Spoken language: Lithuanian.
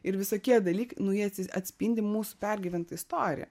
ir visokie dalykai nu jie atspindi mūsų pergyventą istoriją